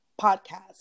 Podcast